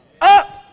Up